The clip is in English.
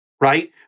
right